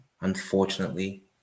Unfortunately